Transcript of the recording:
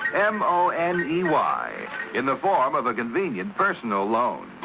m o n e y in the form of a convenient personal loan.